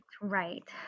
right